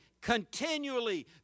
continually